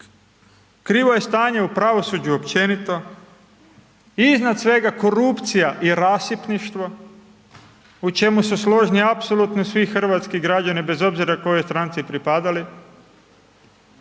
krivo je stanje u pravosuđu općenito, iznad svega korupcija i rasipništvo, u čemu su složni apsolutno svi hrvatski građani, bez obzira kojoj stranci propadali,